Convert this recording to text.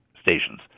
Stations